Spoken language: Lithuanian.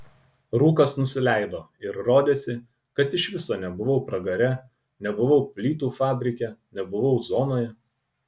rūkas nusileido ir rodėsi kad iš viso nebuvau pragare nebuvau plytų fabrike nebuvau zonoje